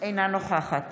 אינה נוכחת